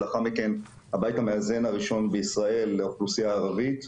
לאחר מכן הבית המאזן הראשון בישראל לאוכלוסייה הערבית.